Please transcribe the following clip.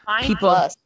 people